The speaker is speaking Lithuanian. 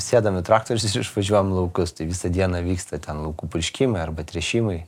sėdam į traktorius visi išvažiuojam į laukus tai visą dieną vyksta ten laukų purškimai arba tręšimai